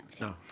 No